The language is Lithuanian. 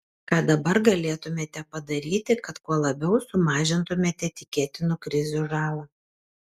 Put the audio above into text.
ką dabar galėtumėte padaryti kad kuo labiau sumažintumėte tikėtinų krizių žalą